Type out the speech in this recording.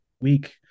week